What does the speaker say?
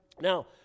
Now